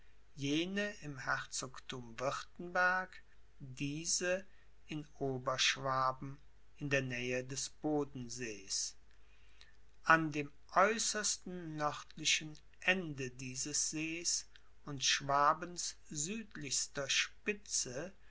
jene im herzogtum wirtenberg diese in oberschwaben in der nähe des bodensees an dem äußersten nördlichen ende dieses sees und schwabens südlichster spitze